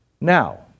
Now